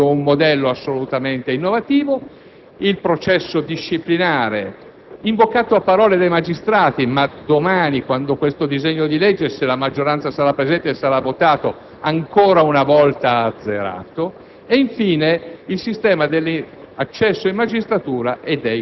l'ufficio del pubblico ministero e la sua riorganizzazione secondo un modello assolutamente innovativo, il processo disciplinare, invocato a parole dai magistrati ma che domani, quando questo disegno di legge - se la maggioranza sarà presente - sarà votato, sarà ancora una volta azzerato